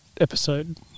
episode